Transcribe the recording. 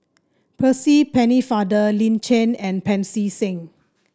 Percy Pennefather Lin Chen and Pancy Seng